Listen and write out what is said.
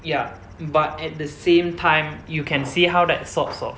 ya but at the same time you can see how that sorts of